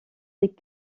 des